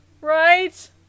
right